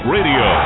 Radio